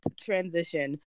transition